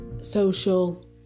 social